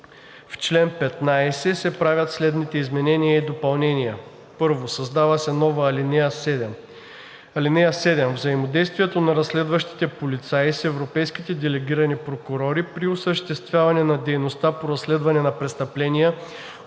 в чл. 15 се правят следните изменения и допълнения: 1. Създава се нова ал. 7: „(7) Взаимодействието на разследващите полицаи с европейските делегирани прокурори при осъществяване на дейността по разследване на престъпления от